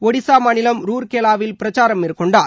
ஒடிசா மாநிலம் ரூர் கேலா வில் பிரச்சாரம் மேற்கொண்டார்